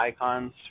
icons